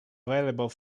available